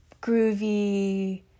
groovy